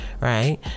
Right